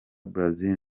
brazil